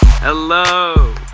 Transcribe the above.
Hello